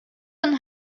een